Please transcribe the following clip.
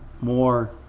more